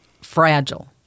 fragile